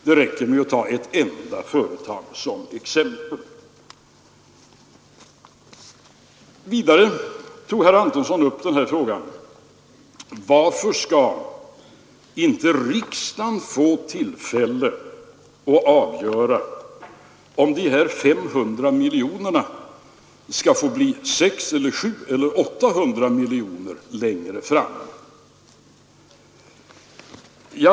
Det räcker med det företag jag har nämnt som exempel. Vidare tog herr Antonsson upp den här frågan: Varför skall inte Nr 98 riksdagen få tillfälle att avgöra om de 500 miljonerna skall få bli 600, 700 eller 800 miljoner längre fram?